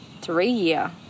three-year